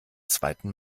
zweiten